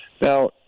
now